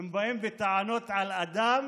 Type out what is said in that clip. הם באים בטענות אל אדם